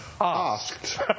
asked